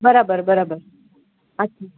बराबरि बराबरि अच्छा